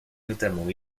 notamment